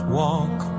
walk